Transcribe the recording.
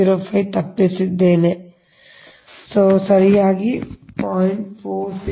4605 ತಪ್ಪಿಸಿದ್ದೇನೆ ಅದನ್ನು ಸರಿಯಾಗಿ 0